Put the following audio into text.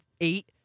eight